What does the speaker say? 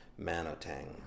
Manotang